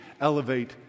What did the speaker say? elevate